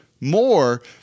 more